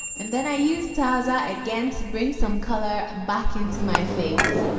and then i used tazza again to bring some color back into my face